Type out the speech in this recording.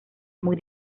muy